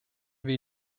wir